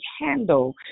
handle